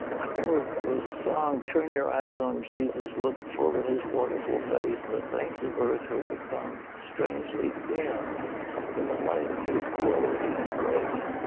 i remember there was a song turn your eyes on jesus, look full at his wonderful face, and the things of earth will become strangerly dim in the light of his glory and grace.